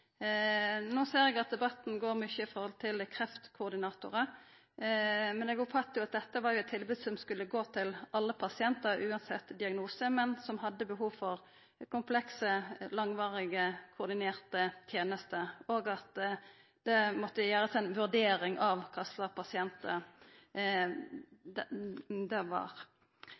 ser eg at debatten dreier seg mykje om kreftkoordinatorar, men eg oppfatta at dette var eit tilbod som skulle gå til alle pasientar, uansett diagnose, som hadde behov for komplekse, langvarige og koordinerte tenester, og at det måtte gjerast ei vurdering av kva slags pasientar det var.